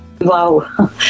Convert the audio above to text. Wow